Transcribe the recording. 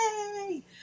Yay